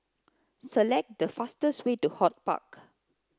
select the fastest way to HortPark